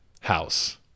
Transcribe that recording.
house